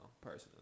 personally